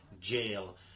jail